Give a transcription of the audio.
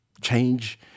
change